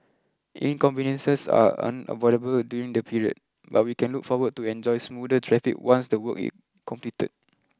inconveniences are unavoidable during the period but we can look forward to enjoy smoother traffic once the work is completed